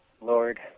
Lord